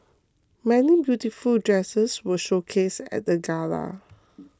many beautiful dresses were showcased at the gala